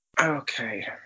Okay